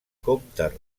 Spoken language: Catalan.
comtes